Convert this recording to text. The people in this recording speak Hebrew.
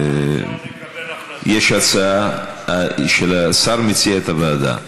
יש הצעה, השר מציע את הוועדה.